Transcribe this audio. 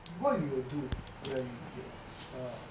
what will you do when th~ err